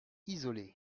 isolé